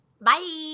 bye